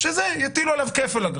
יטילו עליו כפל אגרה.